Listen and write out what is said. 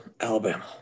Alabama